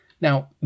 Now